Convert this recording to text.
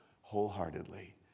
wholeheartedly